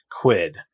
quid